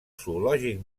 zoològic